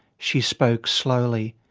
she spoke slowly.